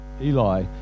Eli